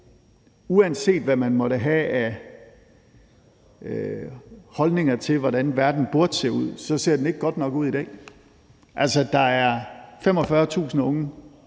uanset hvad man måtte have af holdninger til, hvordan verden burde se ud, så ser den ikke er godt nok ud i dag. Altså, der er 45.000 unge